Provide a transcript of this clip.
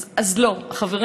אז לא, חברים.